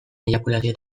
eiakulazio